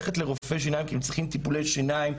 ללכת לרופא שיניים כי הם צריכים טיפולי שיניים.